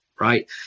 Right